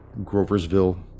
Groversville